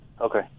Okay